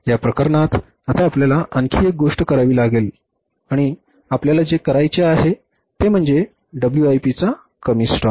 या प्रकरणात आता आपल्याला आणखी एक गोष्ट करावी लागेल आणि आपल्याला जे करायचे आहे ते म्हणजे WIP चा कमी स्टॉक